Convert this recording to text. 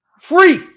free